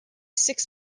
six